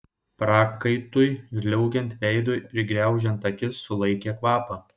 prakaitui žliaugiant veidu ir graužiant akis sulaikė kvapą